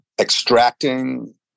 extracting